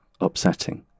upsetting